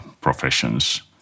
professions